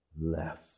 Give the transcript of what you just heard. left